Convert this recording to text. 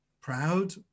proud